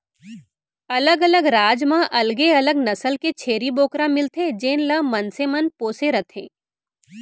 अलग अलग राज म अलगे अलग नसल के छेरी बोकरा मिलथे जेन ल मनसे मन पोसे रथें